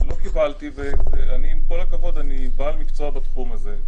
עם כל הכבוד, אני בעל מקצוע בתחום הזה.